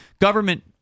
government